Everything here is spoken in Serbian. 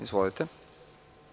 Izvolite.